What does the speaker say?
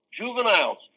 juveniles